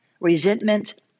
Resentment